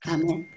Amen